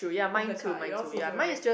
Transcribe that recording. of the car yours also right